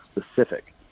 specific